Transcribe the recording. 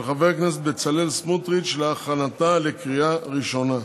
של חבר הכנסת בצלאל סמוטריץ להכנתה לקריאה ראשונה.